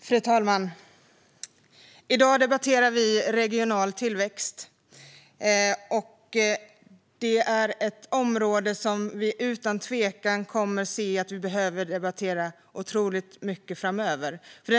Fru talman! I dag debatterar vi regional tillväxt. Det är ett område som vi utan tvivel kommer att behöva debattera otroligt mycket framöver.